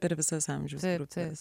per visas amžiaus grupes